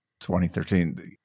2013